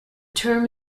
term